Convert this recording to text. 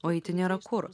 o eiti nėra kur